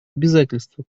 обязательства